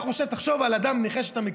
תחשוב על אדם נכה שאתה מכיר,